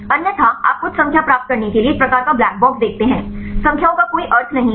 अन्यथा आप कुछ संख्या प्राप्त करने के लिए एक प्रकार का ब्लैक बॉक्स देखते हैं संख्याओं का कोई अर्थ नहीं है